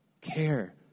care